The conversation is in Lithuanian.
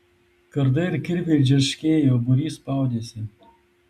kardai ir kirviai džerškėjo būrys spaudėsi